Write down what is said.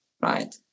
right